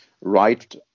right